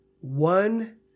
One